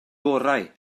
gorau